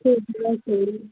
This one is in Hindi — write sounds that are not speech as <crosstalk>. <unintelligible>